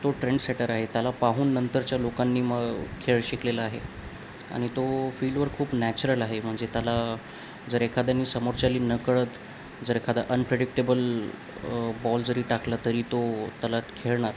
तो trend setter आहे त्याला पाहून नंतरच्या लोकांनी म खेळ शिकलेला आहे आणि तो फील्डवर खूप नॅचरल आहे म्हणजे त्याला जर एखाद्यानी समोरच्यानी नकळत जर एखादा अनप्रेडिकटेबल बॉल जरी टाकला तरी तो त्याला खेळणार